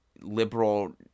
liberal